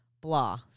blah